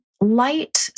light